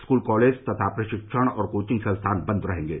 school college तथा प्रशिक्षण और कोचिंग संस्थान बंद रहेंगे